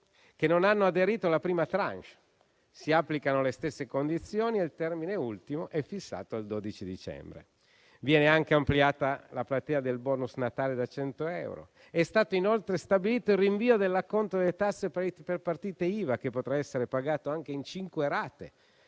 che non hanno aderito alla prima *tranche*; si applicano le stesse condizioni e il termine ultimo è fissato al 12 dicembre. Viene anche ampliata la platea del *bonus* Natale da 100 euro. È stato inoltre stabilito il rinvio dell'acconto delle tasse per le partite IVA, che potrà essere pagato anche in cinque